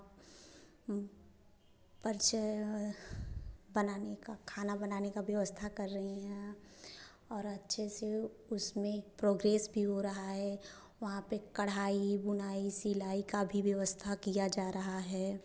परिचय बनाने का खाना बनाने का व्यवस्था कर रही हैं और अच्छे से उसमें प्रोग्रेस भी हो रहा है वहाँ पर कढ़ाई बुनाई सिलाई का भी व्यवस्था किया जा रहा है